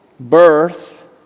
Birth